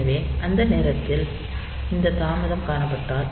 எனவே அந்த நேரத்தில் இந்த தாமதம் காணப்பட்டது